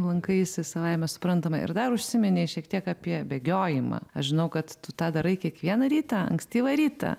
lankaisi savaime suprantama ir dar užsiminei šiek tiek apie bėgiojimą aš žinau kad tu tą darai kiekvieną rytą ankstyvą rytą